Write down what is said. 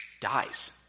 Dies